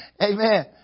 Amen